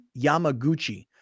Yamaguchi